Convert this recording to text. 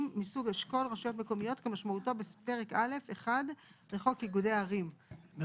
מסוג אשכול רשויות מקומיות כמשמעותו בפרק א'1 לחוק איגודי ערים,